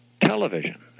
television